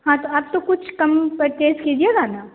हाँ तो अब तो कुछ कम परचेस कीजिएगा ना